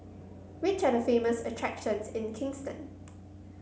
which are the famous attractions in Kingston